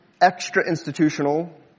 extra-institutional